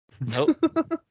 Nope